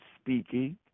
speaking